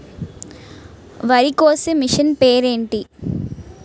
వరి కోసే మిషన్ పేరు ఏంటి